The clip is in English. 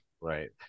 Right